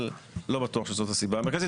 אבל לא בטוח שזאת הסיבה המרכזית.